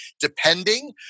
depending